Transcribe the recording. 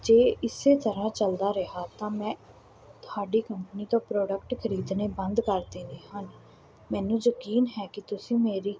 ਜੇ ਇਸੇ ਤਰ੍ਹਾਂ ਚੱਲਦਾ ਰਿਹਾ ਤਾਂ ਮੈਂ ਤੁਹਾਡੀ ਕੰਪਨੀ ਤੋਂ ਪ੍ਰੋਡਕਟ ਖਰੀਦਣੇ ਬੰਦ ਕਰ ਦੇਣੇ ਹਨ ਮੈਨੂੰ ਯਕੀਨ ਹੈ ਕਿ ਤੁਸੀਂ ਮੇਰੀ